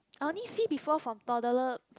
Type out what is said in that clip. I only see before from toddler